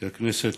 כי הכנסת,